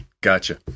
Gotcha